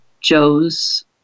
Joe's